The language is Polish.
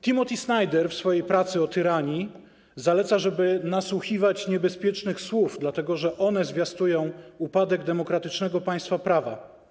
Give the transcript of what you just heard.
Timothy Snyder w swojej pracy o tyranii zaleca, żeby nasłuchiwać niebezpiecznych słów, dlatego że one zwiastują upadek demokratycznego państwa prawa.